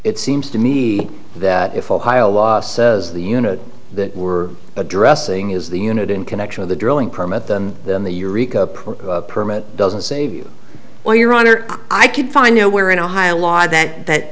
it seems to me that if ohio law says the unit that we're addressing is the unit in connection of the drilling permit then then the eureka permit doesn't save you or your honor i could find nowhere in ohio law that that